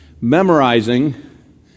memorizing